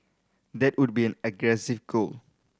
that would be aggressive goal